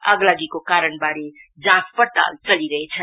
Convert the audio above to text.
आगलागीको कारणवारे जाँच पड़ताल चलिरहेछ